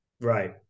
Right